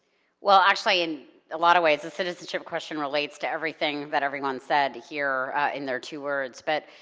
well actually, in a lot of ways, the citizenship question relates to everything that everyone said here in their two words but,